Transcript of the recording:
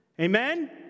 Amen